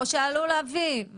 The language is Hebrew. או שעלול להביא.